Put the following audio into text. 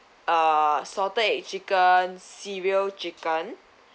uh salted egg chicken cereal chicken